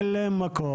אין להן מקום,